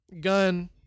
gun